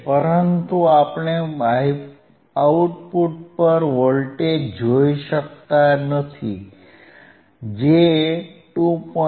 પરંતુ આપણે આઉટપુટ પર વોલ્ટેજ જોઈ શકતા નથી જે 2